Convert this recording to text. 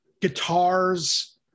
guitars